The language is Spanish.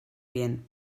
bien